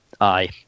aye